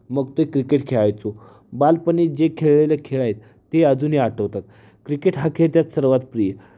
मग ते क्रिकेट खेळायचो बालपणी जे खेळलेले खेळ आहेत ते अजूनही आठवतात क्रिकेट हा खेळ त्यात सर्वात प्रिय